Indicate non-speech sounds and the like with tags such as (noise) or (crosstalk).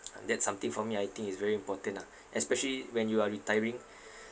(noise) ah that's something for me I think is very important ah especially when you are retiring (breath)